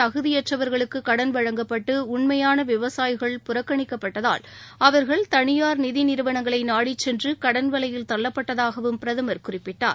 தகுதியற்றவர்களுக்கு கடன் வழங்கப்பட்டு உண்மையான விவசாயிகள் புறக்கணிக்கப்பட்டதால் அவர்கள் தனியார் நிதிநிறுவனங்களை நாடிச்சென்று கடன் வலையில் தள்ளப்பட்டதாகவும் பிரதமர் குறிப்பிட்டார்